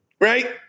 Right